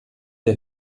der